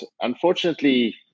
Unfortunately